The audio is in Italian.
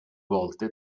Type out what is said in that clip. volte